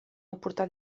aportà